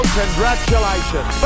congratulations